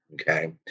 okay